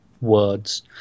words